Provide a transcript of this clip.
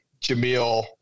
Jamil